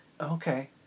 Okay